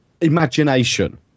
imagination